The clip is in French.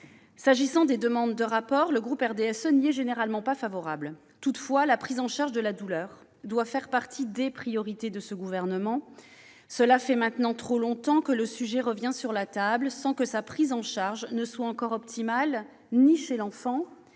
de contrôle de ses objectifs. Le groupe du RDSE n'est généralement pas favorable aux demandes de rapport. Toutefois, la prise en charge de la douleur doit faire partie des priorités de ce gouvernement. Cela fait maintenant trop longtemps que le sujet revient sur la table sans que sa prise en charge soit encore optimale, ni chez l'enfant